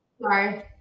Sorry